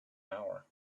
hour